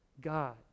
God